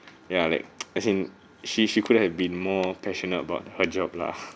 ya like as in she she couldn't have been more passionate about her job lah